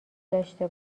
داشته